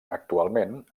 actualment